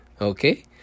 okay